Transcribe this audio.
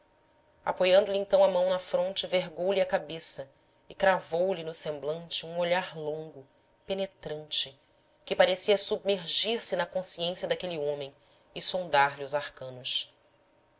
apoiando lhe então a mão na fronte vergou lhe a cabeça e cravou lhe no semblante um olhar longo penetrante que parecia submergir se na consciência daquele homem e sondar lhe os arcanos